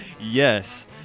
Yes